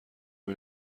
این